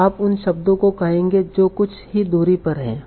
तो आप उन शब्दों को कहेंगे जो कुछ ही दूरी पर हैं